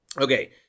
Okay